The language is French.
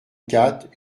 quatre